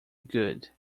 good